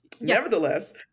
Nevertheless